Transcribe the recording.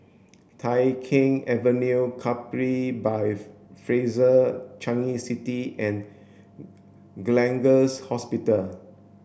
Tai Keng Avenue Capri by Fraser Changi City and Gleneagles Hospital